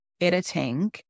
editing